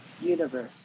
universe